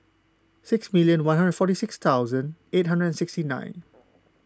six million one hundred forty six thousand eight hundred and sixty nine